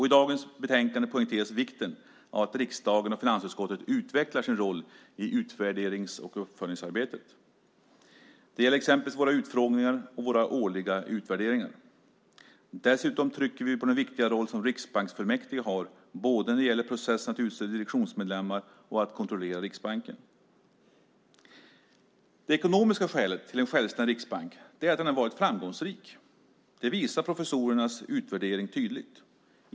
I dagens betänkande poängteras vikten av att riksdagen och finansutskottet utvecklar sin roll i utvärderings och uppföljningsarbetet. Det gäller exempelvis våra utfrågningar och våra årliga utvärderingar. Dessutom trycker vi på den viktiga roll som riksbanksfullmäktige har, både när det gäller processen att utse direktionsmedlemmar och att kontrollera Riksbanken. Det ekonomiska skälet till en självständig riksbank är att den har varit framgångsrik. Det visar professorernas utvärdering tydligt.